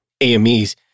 AMEs